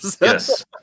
Yes